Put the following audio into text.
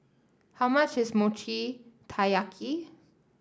how much is Mochi Taiyaki